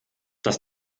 das